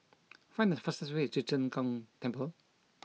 find the fastest way to Zheng Gong Temple